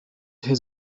his